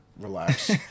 relax